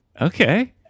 Okay